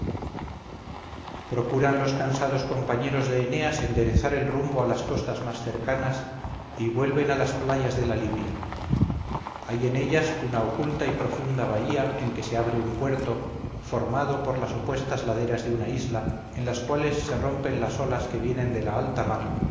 procuran los cansados compañeros de eneas enderezar el rumbo a las costas más cercanas y vuelven a las playas de la libia hay en ellas una oculta y profunda bahía en que se abre un puerto formado por las opuestas laderas de una isla en las cuales se rompen las olas que vienen de la alta mar